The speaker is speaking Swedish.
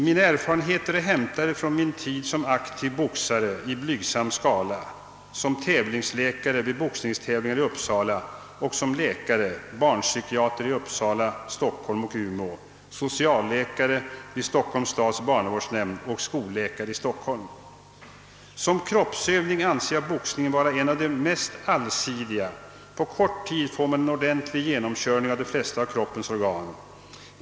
»Mina erfarenheter är hämtade från min tid som aktiv boxare , som tävlingsläkare vid boxningstävlingar i Uppsala och som läkare . Som kroppsövning anser jag boxningen vara en av de mest allsidiga; på kort tid får man en ordentlig genomkörning av de flesta av kroppens organ.